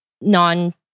non